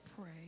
pray